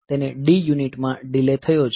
તેને D unit માં delay થયો છે